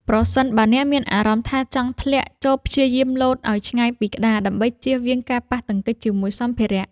ប្រសិនបើអ្នកមានអារម្មណ៍ថាចង់ធ្លាក់ ចូរព្យាយាមលោតឱ្យឆ្ងាយពីក្តារ ដើម្បីជៀសវាងការប៉ះទង្គិចជាមួយសម្ភារៈ។